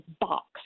box